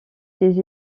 ses